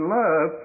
love